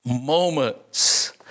moments